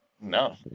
No